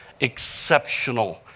exceptional